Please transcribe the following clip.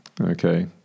Okay